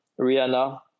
Rihanna